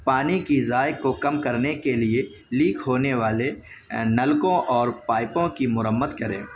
پانی کی ضائع کو کم کرنے کے لیے لیک ہونے والے نلکوں اور پائپوں کی مرمت کریں